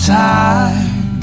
time